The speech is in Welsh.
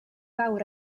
fawr